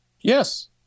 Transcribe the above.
Yes